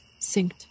Synced